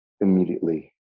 immediately